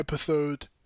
episode